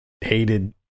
hated